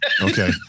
Okay